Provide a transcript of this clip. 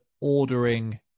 ordering